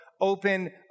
open